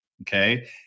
okay